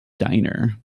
diner